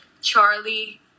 Charlie